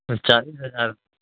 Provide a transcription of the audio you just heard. چالیس ہزار